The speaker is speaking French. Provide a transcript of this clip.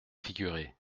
figurer